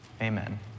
amen